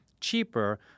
cheaper